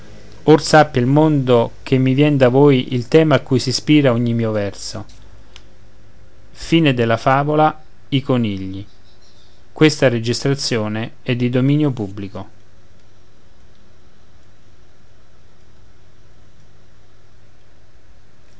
or sappia il mondo che mi vien da voi il tema a cui s'ispira oggi il mio verso la a